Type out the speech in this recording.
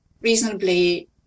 reasonably